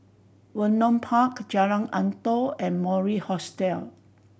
Vernon Park Jalan Antoi and Mori Hostel